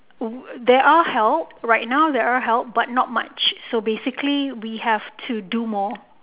oh there are help right now there are help but not much so basically we have to do more